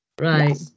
Right